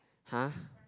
!huh!